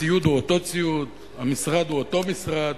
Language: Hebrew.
הציוד הוא אותו ציוד, המשרד הוא אותו משרד,